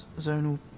Zonal